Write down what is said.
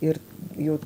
ir jau